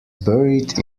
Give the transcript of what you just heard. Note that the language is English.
buried